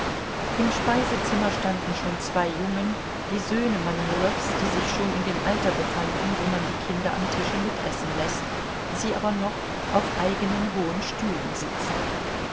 im speisezimmer standen schon zwei jungen die söhne manilows die sich schon in dem alter befanden wo man die kinder am tische mitessen läßt sie aber noch auf eigenen hohen stühlen sitzen